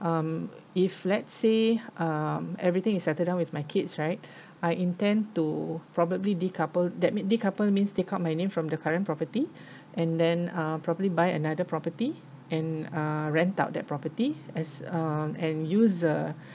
um if let's say um everything is settled down with my kids right I intend to probably decouple that mean decouple means take out my name from the current property and then uh properly buy another property and uh rent out that property as um and use the